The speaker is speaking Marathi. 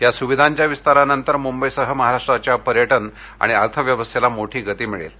या सुविधांच्या विस्तारानंतर मुंबईसह महाराष्ट्राच्या पर्यटन आणि अर्थव्यवस्थेला मोठी गती मिळणार आहे